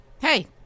Hey